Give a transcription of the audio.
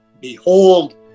Behold